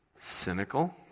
cynical